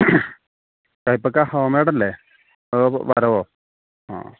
കൈപ്പക്കാ home മെയ്ഡല്ലേ അതോ വരവോ ആ